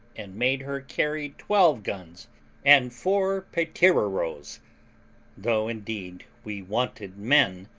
and made her carry twelve guns and four petereroes, though, indeed, we wanted men,